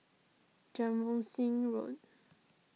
Road